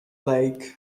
lake